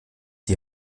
die